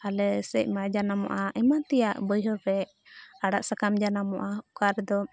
ᱟᱞᱮ ᱥᱮᱫ ᱢᱟ ᱡᱟᱱᱟᱢᱚᱜᱼᱟ ᱮᱢᱟᱱ ᱛᱮᱭᱟᱜ ᱵᱟᱹᱭᱦᱟᱹᱲ ᱨᱮ ᱟᱲᱟᱜ ᱥᱟᱠᱟᱢ ᱡᱟᱱᱟᱢᱚᱜᱼᱟ ᱚᱠᱟ ᱨᱮᱫᱚ